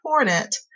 important